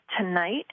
tonight